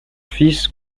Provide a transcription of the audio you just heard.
fils